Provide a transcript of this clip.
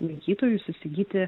lankytojus įsigyti